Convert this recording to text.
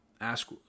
Ask